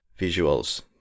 visuals